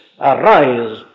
Arise